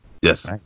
Yes